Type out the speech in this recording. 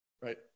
right